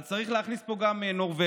אז צריך להכניס פה גם נורבגי.